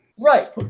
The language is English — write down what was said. Right